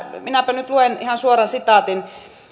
minäpä nyt luen ihan suoran sitaatin